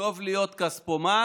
טוב להיות כספומט